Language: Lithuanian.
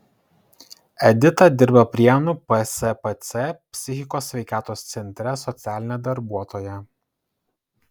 edita dirba prienų pspc psichikos sveikatos centre socialine darbuotoja